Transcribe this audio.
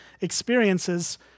experiences